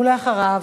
ואחריו,